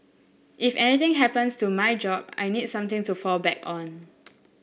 if anything happens to my job I need something to fall back on